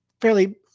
fairly